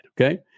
Okay